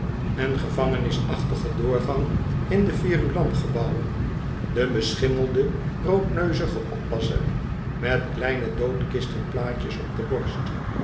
en gevangenisachtigen doorgang in de vorulamgebouwen den beschimmelden roodneuzigen oppasser met kleine doodkistenplaatjes op de borst